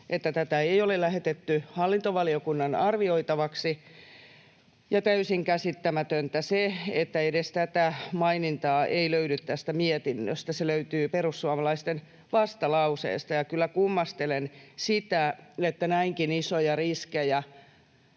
tätä ei ole lähetetty hallintovaliokunnan arvioitavaksi, ja täysin käsittämätöntä se, että edes tätä mainintaa ei löydy mietinnöstä. Se löytyy perussuomalaisten vastalauseesta. Kyllä kummastelen sitä, että näinkin isoja riskejä